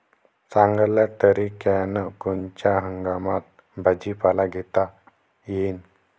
चांगल्या तरीक्यानं कोनच्या हंगामात भाजीपाला घेता येईन?